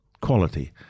quality